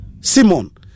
Simon